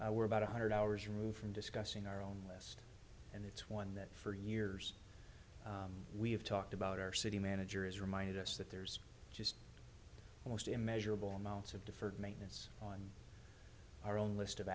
we're about one hundred hours removed from discussing our own list and it's one that for years we have talked about our city manager is reminded us that there's just almost immeasurable amounts of deferred maintenance our own list of